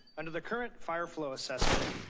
under the current fire flow assessment,